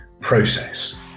process